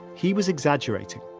he was exaggerating.